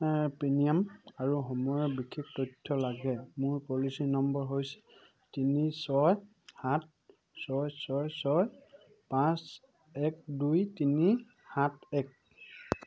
premium আৰু সময়ৰ বিষয়ে তথ্য লাগে মোৰ পলিচী নম্বৰ হৈছে তিনি ছয় সাত ছয় ছয় ছয় পাঁচ এক দুই তিনি সাত এক